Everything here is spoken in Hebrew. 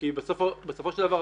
כי בסופו של דבר,